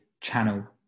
channel